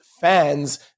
fans